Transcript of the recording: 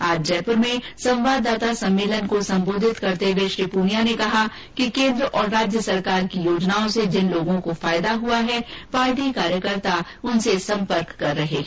आज जयपुर में एक संवाददाता सम्मेलन को सम्बोधित करते हुए श्री पूनिया ने कहा कि केन्द्र और राज्य सरकार की योजनाओं से जिन लोगों को फायदा हुआ है पार्टी कार्यकर्ता उनसे सम्पर्क कर रहे हैं